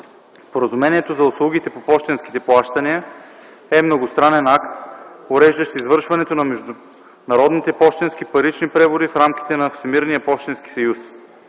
Споразумението за услугите по пощенските плащания е многостранен акт, уреждащ извършването на международните пощенски парични преводи в рамките на Всемирния пощенски съюз.